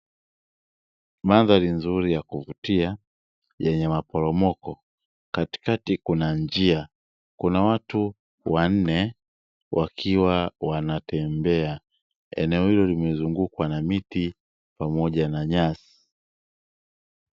Mandhari nzuri ya kuvutia yenye maporomoko, katikati kuna njia. Kuna watu wanne wakiwa wanatembea. Eneo hilo limezungukwa na miti pamoja na nyasi.